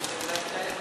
בתנאים שבהצעת החוק,